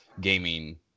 gaming